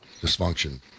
dysfunction